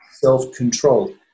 self-control